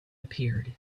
appeared